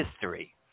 history